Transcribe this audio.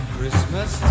Christmas